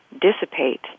dissipate